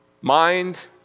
Mind